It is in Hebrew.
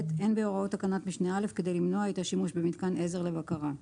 אין בהוראות תקנת משנה (א) כדי למנוע את השימוש במיתקן עזר לבקרה.